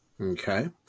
Okay